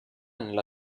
nella